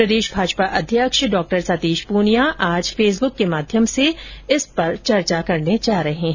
प्रदेश भाजपा अध्यक्ष डॉ सतीश पूनिया आज फेसबुक के माध्यम से इस पर चर्चा करने जा रहे हैं